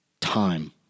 time